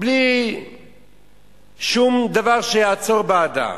בלי שום דבר שיעצור בעדה.